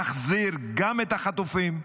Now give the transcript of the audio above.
גם נחזיר את החטופים.